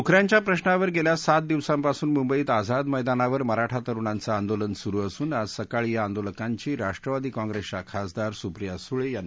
नोकऱ्यांच्या प्रशावर गेल्या सात दिवसापासून मुंबईत आझाद मैदानावर मराठा तरुणांचं आंदोलन सुरू असून आज सकाळी या आंदोलकांची राष्ट्रवादी काँग्रेसच्या खासदार सुप्रिया सुळे यांनी भेट घेतली